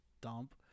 dump